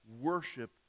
worship